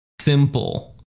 simple